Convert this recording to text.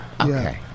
Okay